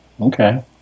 okay